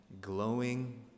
Glowing